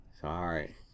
sorry